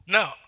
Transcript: Now